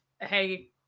hey